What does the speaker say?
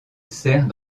sert